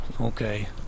Okay